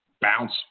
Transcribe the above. bounce